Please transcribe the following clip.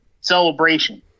celebration